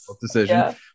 decision